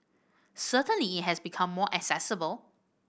certainly it has become more accessible